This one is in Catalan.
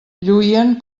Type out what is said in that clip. lluïen